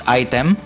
item